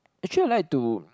actually I like to